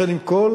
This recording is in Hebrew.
לכן, עם כל